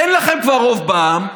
אין לכם כבר רוב בעם.